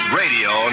radio